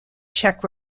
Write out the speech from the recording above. czech